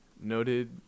Noted